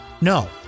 No